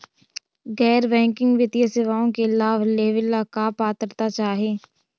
गैर बैंकिंग वित्तीय सेवाओं के लाभ लेवेला का पात्रता चाही?